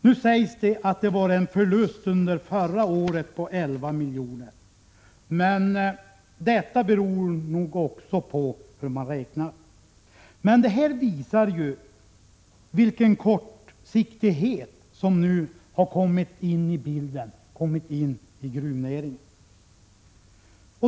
Nu sägs att det var en förlust under förra året på 11 milj.kr., men det beror nog på hur man räknar. Detta visar den kortsiktighet som har kommit in i bilden när det gäller gruvnäringen.